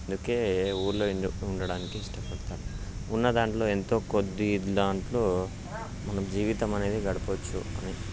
అందుకే ఊళ్ళో ఉండ ఉండటానికి ఇష్టపడతాను ఉన్న దాంట్లో ఎంతో కొద్ది దాంట్లో మన జీవితం అనేది గడపవచ్చు అని